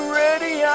ready